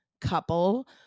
couple